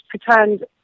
pretend